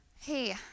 hey